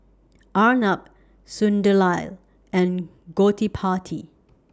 Arnab Sunderlal and Gottipati